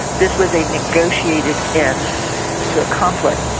this was a negotiated end to a conflict.